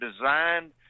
designed